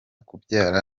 kubyara